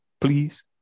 please